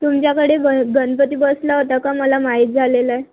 तुमच्याकडे ग गणपती बसला होता का मला माहीत झालेलं